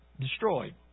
destroyed